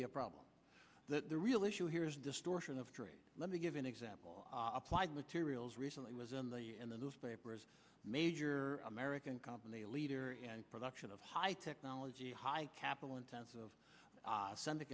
be a problem that the real issue here is distortion of trade let me give an example applied materials recently was in the newspapers major american company leader and production of high technology high capital intensive sunday